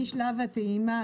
משלב הטעימה,